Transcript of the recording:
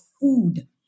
food